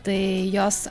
tai jos